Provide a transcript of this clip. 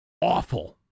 awful